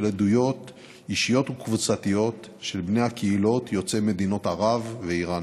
עדויות אישיות וקבוצתיות של בני הקהילות יוצאי מדינות ערב ואיראן.